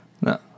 No